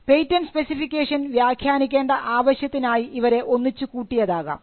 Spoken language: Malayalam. പേറ്റന്റ് സ്പെസിഫിക്കേഷൻ വ്യാഖ്യാനിക്കേണ്ട ആവശ്യത്തിനായി ഇവരെ ഒന്നിച്ചുകൂട്ടിയതാകാം